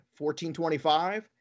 1425